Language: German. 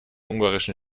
ungarischen